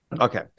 okay